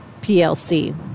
PLC